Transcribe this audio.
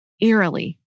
eerily